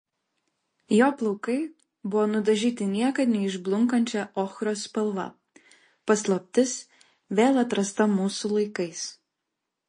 jo plaukai buvo nudažyti niekad neišblunkančia ochros spalva paslaptis vėl atrasta mūsų laikais